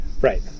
Right